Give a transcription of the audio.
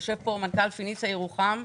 יושב כאן מנכ"ל "פיניציה" ירוחם,